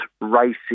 racing